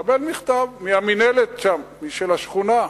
מקבל מכתב מהמינהלת של השכונה,